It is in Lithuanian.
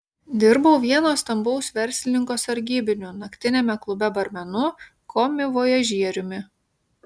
dirbau vieno stambaus verslininko sargybiniu naktiniame klube barmenu komivojažieriumi